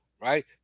right